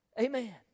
Amen